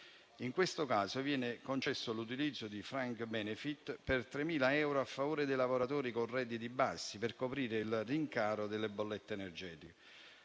In questo caso viene concesso l'utilizzo di *fringe benefit* per 3.000 a favore dei lavoratori con redditi bassi per coprire il rincaro delle bollette energetiche.